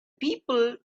people